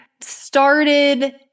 started